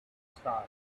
star